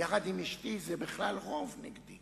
יחד עם אשתי זה בכלל רוב נגדי.